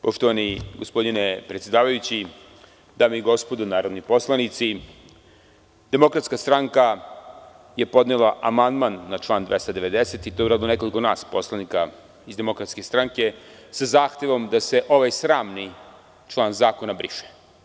Poštovani gospodine predsedavajući, dame i gospodo narodni poslanici, DS je podnela amandman na član 290. i to je uradilo nekoliko nas poslanika iz DS sa zahtevom da se ovaj sramni član zakona briše.